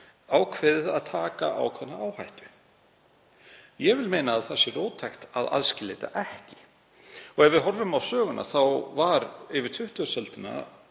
ákveðið að taka ákveðna áhættu. Ég vil meina að það sé róttækt að aðskilja þetta ekki. Ef við horfum á söguna þá var á 20. öldinni